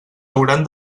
hauran